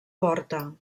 porta